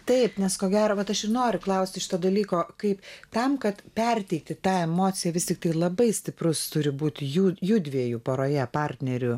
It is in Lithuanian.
taip nes ko gero vat aš noriu klausti šito dalyko kaip tam kad perteikti tą emociją vis tiktai labai stiprus turi būti jų judviejų poroje partnerių